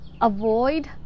avoid